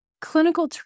clinical